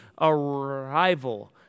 arrival